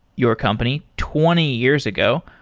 your company, twenty years ago.